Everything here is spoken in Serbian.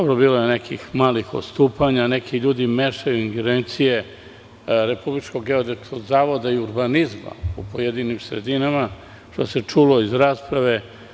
Bilo je nekih malih odstupanja, neki ljudi mešaju ingerencije Republičkog geodetskog zavoda i urbanizma u pojedinim sredinama, što se čulo iz rasprave.